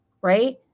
right